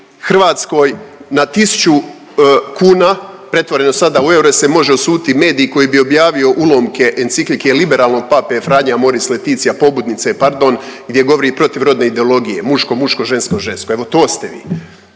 Hrvatskoj na tisuću kuna pretvoreno sada u eure se može osuditi medij koji bi objavio ulomke enciklike liberalnog pape Franje Amoris Leticia pobudnice pardon gdje govori protiv rodne ideologije muško muško, žensko žensko. Evo to ste vi.